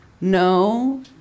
no